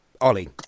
Ollie